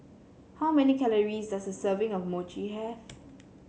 how many calories does a serving of Mochi have